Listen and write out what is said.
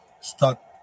stuck